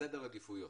סדר עדיפויות.